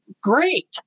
great